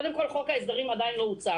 קודם כול, חוק ההסדרים עדיין לא הוצג.